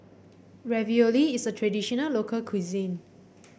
ravioli is a traditional local cuisine